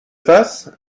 fasse